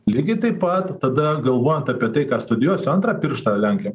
lygiai taip pat tada galvojant apie tai ką studijuosiu antrą pirštą lenkiam